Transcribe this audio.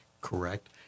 correct